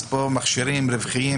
אז פה מכשירים רווחיים,